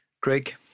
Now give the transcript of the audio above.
Craig